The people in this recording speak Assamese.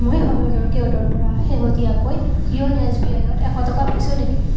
মই হলধৰ কেওটৰ পৰা শেহতীয়াকৈ য়োন' এছ বি আই ত এশ টকা পাইছোঁ নেকি